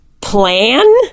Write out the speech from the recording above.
plan